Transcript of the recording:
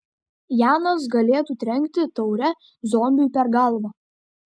janas galėtų trenkti taure zombiui per galvą